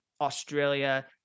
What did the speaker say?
Australia